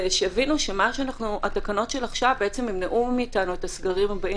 ושיבינו שהתקנות של עכשיו ימנעו מאיתנו את הסגרים הבאים.